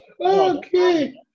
okay